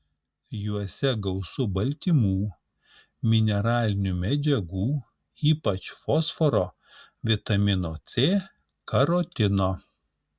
juose gausu baltymų mineralinių medžiagų ypač fosforo vitamino c karotino